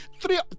three